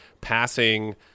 passing